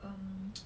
um